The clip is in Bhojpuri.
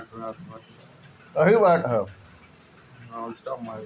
जे सरकारी नोकरी में बा ओकर तअ सलाना कमाई ठीक ठाक रहत हवे